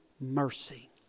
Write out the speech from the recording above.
mercy